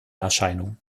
erscheinung